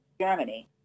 Germany